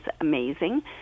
amazing